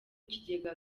kigega